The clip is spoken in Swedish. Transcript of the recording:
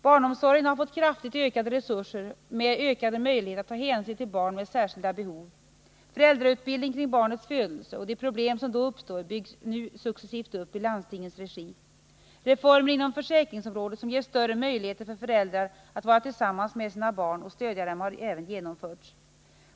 Barnomsorgen har fått kraftigt ökade resurser med ökade möjligheter att ta hänsyn till barn med särskilda behov. Föräldrautbildning kring barnets födelse och de problem som då uppstår byggs nu successivt upp i landstingens regi. Reformer inom försäkringsområdet som ger större möjligheter för föräldrar att vara tillsammans med sina barn och stödja dem har även genomförts.